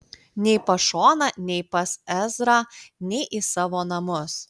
nei pas šoną nei pas ezrą nei į savo namus